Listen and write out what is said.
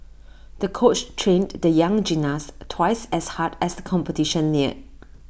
the coach trained the young gymnast twice as hard as the competition neared